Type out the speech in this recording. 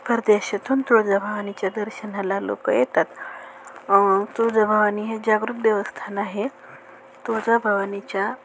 परदेशातून तुळजाभवानीच्या दर्शनाला लोक येतात तुळजाभवानी हे जागृत देवस्थान आहे तुळजाभवानीच्या